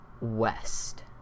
West